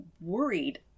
worried